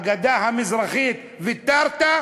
על הגדה המזרחית ויתרת.